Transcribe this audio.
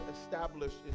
established